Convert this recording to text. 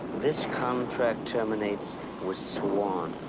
this contract terminates with swan.